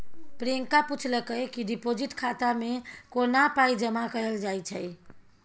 प्रियंका पुछलकै कि डिपोजिट खाता मे कोना पाइ जमा कयल जाइ छै